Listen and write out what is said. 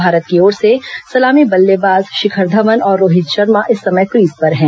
भारत की ओर से सलामी बल्लेबाज शिखर धवन और रोहित शर्मा इस समय क्रीज पर है